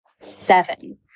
seven